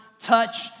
touch